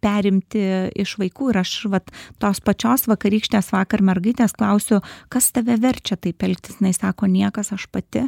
perimti iš vaikų ir aš vat tos pačios vakarykštės vakar mergaitės klausiu kas tave verčia taip elgtis jinai sako niekas aš pati